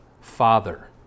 Father